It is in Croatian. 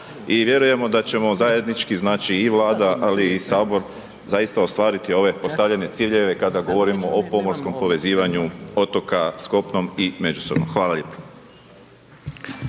i vjerujemo da ćemo zajednički, znači i Vlada ali i Sabor zaista ostvariti ove postavljene ciljeve kada govorimo o pomorskom povezivanju otoka s kopnom i međusobno, hvala lijepo.